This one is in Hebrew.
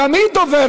גם היא דוברת.